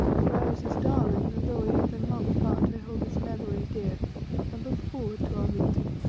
for i was his darling, and though we have been long apart, i hold his memory dear and look forward to our meeting.